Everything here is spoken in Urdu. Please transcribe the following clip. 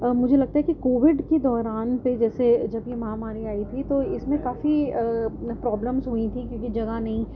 مجھے لگتا ہے کہ کووڈ کے دوران پہ جیسے جب یہ مہاماری آئی تھی تو اس میں کافی پرابلمس ہوئی تھیں کیونکہ جگہ نہیں